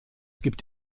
gibt